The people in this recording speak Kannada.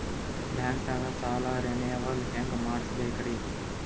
ಬ್ಯಾಂಕ್ದಾಗ ಸಾಲ ರೇನೆವಲ್ ಹೆಂಗ್ ಮಾಡ್ಸಬೇಕರಿ?